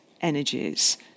energies